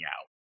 out